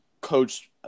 coached